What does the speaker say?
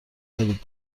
دارید